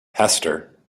hester